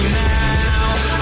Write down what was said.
now